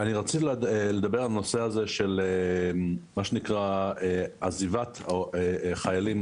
רציתי לדבר על הנושא הזה של מה שנקרא עזיבת חיילים